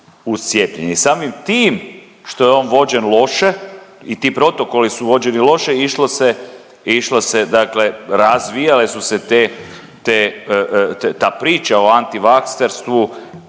cijepljenje. I samim tim što je on vođen loše i ti protokoli su vođeni loše išlo se, dakle razvijale su se te, ta priča o antivakserstvu